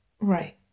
right